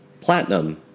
Platinum